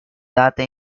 data